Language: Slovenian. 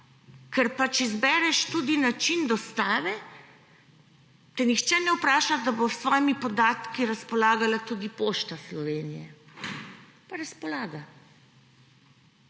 ker pač izbereš tudi način dostave, te nihče ne vpraša, da bo s tvojimi podatki razpolagala tudi Pošta Slovenije. Pa razpolaga.